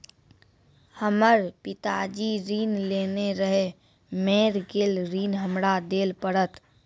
हमर पिताजी ऋण लेने रहे मेर गेल ऋण हमरा देल पड़त?